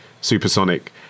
Supersonic